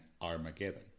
Armageddon